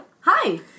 Hi